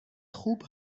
خوب